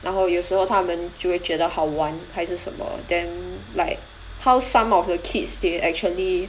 然后有时候他们就会觉得好玩还是什么 then like how some of the kids they actually